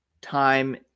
time